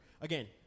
Again